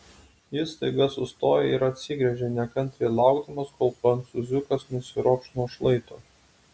jis staiga sustojo ir atsigręžė nekantriai laukdamas kol prancūziukas nusiropš nuo šlaito